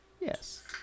Yes